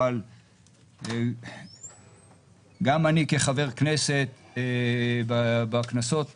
אבל גם אני כחבר כנסת בכנסות השונות,